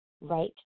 right